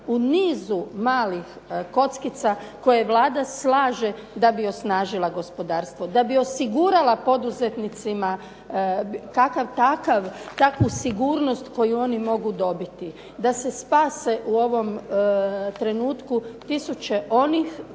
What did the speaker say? u nizu malih kockica koje Vlada slaže da bi osnažila gospodarstvo, da bi osigurala poduzetnicima kakav takav, kakvu sigurnost koju oni mogu dobiti da se spase u ovom trenutku tisuće onih